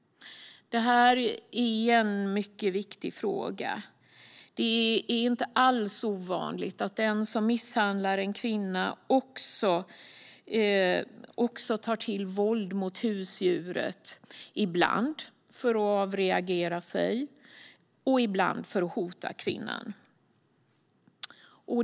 Detta är en mycket viktig fråga. Det är inte alls ovanligt att den som misshandlar en kvinna också använder våld mot husdjuret, ibland för att avreagera sig, ibland för att hota kvinnan.